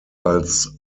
als